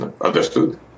Understood